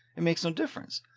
it makes no difference.